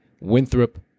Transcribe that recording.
winthrop